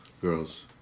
girls